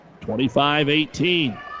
25-18